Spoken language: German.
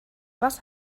was